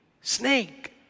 snake